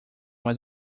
was